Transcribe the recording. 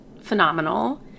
phenomenal